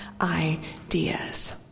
ideas